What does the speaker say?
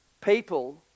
people